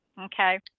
Okay